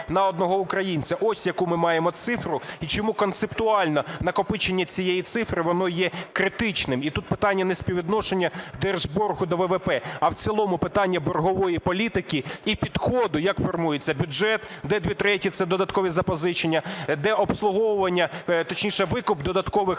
на одного українця. Ось яку ми маємо цифру, і чому концептуально накопичення цієї цифри, воно є критичним. І тут питання не співвідношення держборгу до ВВП, а в цілому питання боргової політики і підходу, як формується бюджет, де дві треті – це додаткові запозичення, де обслуговування, точніше, викуп додаткових